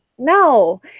No